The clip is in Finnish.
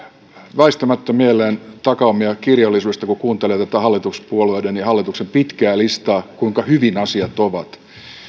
väistämättä mieleen takaumia kirjallisuudesta kun kuuntelee tätä hallituspuolueiden ja hallituksen pitkää listaa kuinka hyvin asiat ovat